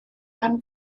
ann